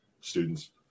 students